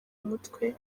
umutwe